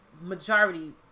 majority